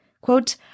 Quote